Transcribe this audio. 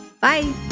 Bye